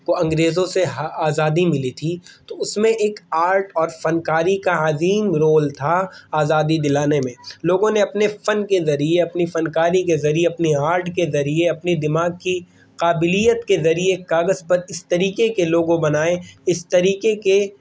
کو انگریزوں سے آزادی ملی تھی تو اس میں ایک آرٹ اور فنکاری کا عظیم رول تھا آزادی دلانے میں لوگوں نے اپنے فن کے ذریعے اپنی فنکاری کے ذریعے اپنے آرٹ کے ذریعے اپنی دماغ کی قابلیت کے ذریعے کاغذ پر اس طریقے کے لوگو بنائے اس طریقے کے